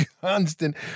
constant